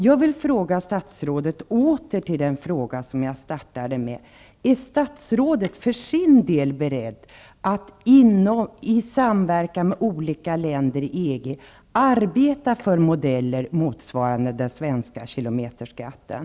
Jag vill åter ställa den fråga till statsrådet som jag började med: Är statsrådet för sin del beredd att i samverkan med olika länder inom EG arbeta för modeller motsvarande den svenska kilometerskatten?